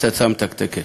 פצצה מתקתקת.